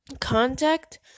contact